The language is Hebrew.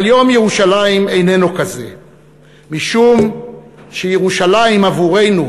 אבל יום ירושלים איננו כזה משום שירושלים עבורנו,